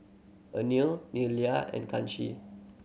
Anil Neila and Kanshi